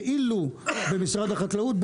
כביכול במשרד החקלאות,